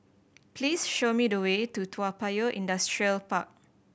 please show me the way to Toa Payoh Industrial Park